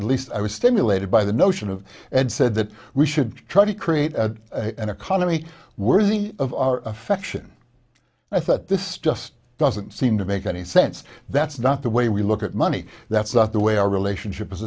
at least i was stimulated by the notion of and said that we should try to create an economy worthy of affection i thought this just doesn't seem to make any sense that's not the way we look at money that's not the way our relationship